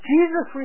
Jesus